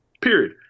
period